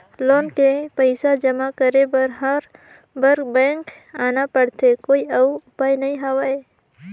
Loan के पईसा जमा करे बर हर बार बैंक आना पड़थे कोई अउ उपाय नइ हवय?